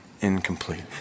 incomplete